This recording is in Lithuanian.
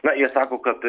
na jie sako kad